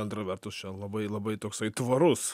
antra vertus čia labai labai toksai tvarus